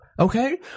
Okay